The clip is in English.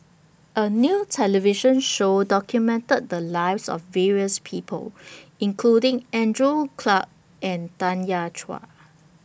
A New television Show documented The Lives of various People including Andrew Clarke and Tanya Chua